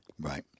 Right